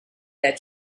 that